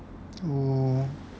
oh